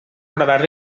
agradar